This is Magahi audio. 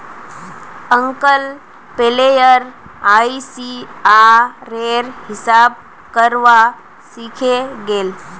अंकल प्लेयर आईसीआर रे हिसाब करवा सीखे गेल